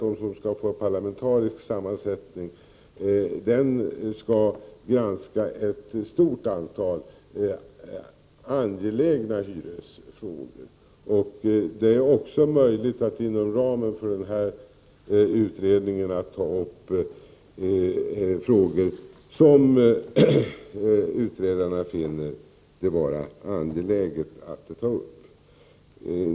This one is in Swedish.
Kommittén skall få parlamentarisk sammansättning, och den skall granska ett stort antal angelägna hyresfrågor. Det blir också möjligt att inom ramen för den utredningen ta upp frågor som utredarna finner det vara angeläget att ta upp.